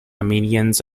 armenians